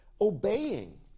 Obeying